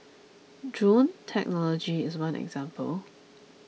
drone technology is one example